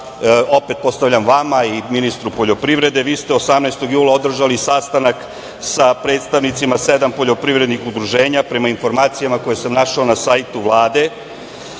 opet postavljam vama i ministru poljoprivrede – vi ste 15. jula održali sastanak sa predstavnicima sedam poljoprivrednih udruženja, prema informacijama koje sam našao na sajtu Vlade,